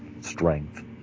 strength